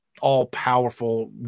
all-powerful